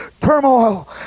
turmoil